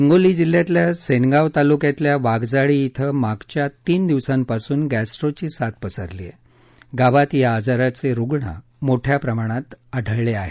हिंगोली जिल्ह्यातल्या सेनगाव तालुक्यातल्या वाघजाळी धिं मागच्या तीन दिवसापासून गॅस्ट्रोची साथ पसरली असून गावात या आजाराचे रुग्ण मोठ्या प्रमाणात दिसत आहेत